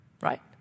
right